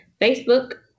Facebook